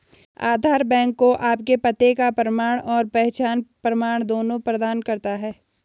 आधार bank को आपके पते का प्रमाण और पहचान प्रमाण दोनों प्रदान करता है